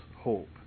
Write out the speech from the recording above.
hope